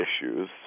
issues